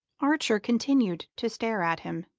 archer continued to stare at him.